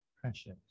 precious